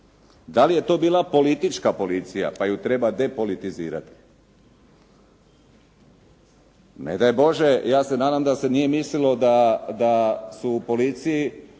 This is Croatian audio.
Dali je to bila politička policija, pa ju treba depolitizirati? Ne daj Bože, ja se nadam da se nije mislilo da su u policiji